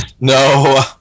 No